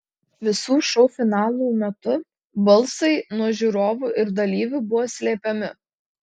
visų šou finalų metu balsai nuo žiūrovų ir dalyvių buvo slepiami